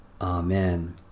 Amen